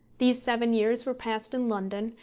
these seven years were passed in london,